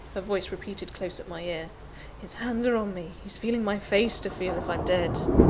her voice repeated close at my ear his hands are on me he's feeling my face to feel if i'm dead!